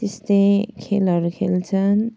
त्यस्तै खेलहरू खेल्छन्